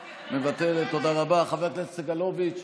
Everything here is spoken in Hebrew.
מוותרת, תודה רבה, חבר הכנסת סגלוביץ'